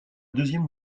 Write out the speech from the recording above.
deuxième